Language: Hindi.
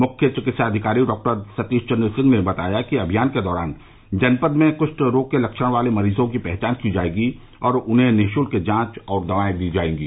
मुख्य चिकित्सा अधिकारी डॉक्टर सतीश चन्द्र सिंह ने बताया कि अमियान के दौरान जनपद में कृष्ट रोग के लक्षण वाले मरीजों की पहचान की जाएगी और उन्हें निशुल्क जांच और दवाए दी जाएंगी